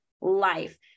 life